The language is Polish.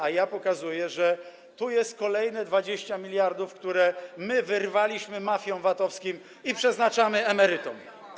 A ja pokazuję, że tu jest kolejne 20 mld, które wyrwaliśmy mafiom VAT-owskim i przeznaczamy dla emerytów.